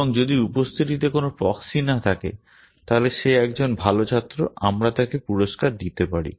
এবং যদি উপস্থিতিতে কোনো প্রক্সি না থাকে তাহলে সে একজন ভালো ছাত্র আমরা তাকে পুরস্কার দিতে পারি